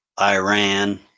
Iran